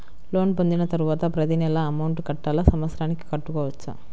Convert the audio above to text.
Loan పొందిన తరువాత ప్రతి నెల అమౌంట్ కట్టాలా? సంవత్సరానికి కట్టుకోవచ్చా?